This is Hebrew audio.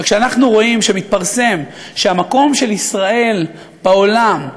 וכשאנחנו רואים שמתפרסם המקום של ישראל בעולם,